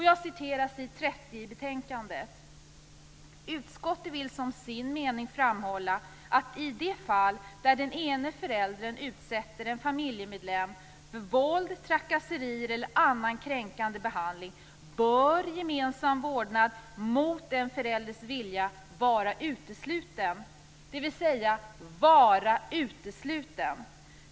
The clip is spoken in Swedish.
Jag citerar från s. 30 i betänkandet: "Därtill vill utskottet som sin mening framhålla att i de fall där den ena föräldern utsätter en familjemedlem för våld, trakasserier eller annan kränkande behandling, gemensam vårdnad mot en förälders vilja bör vara utesluten."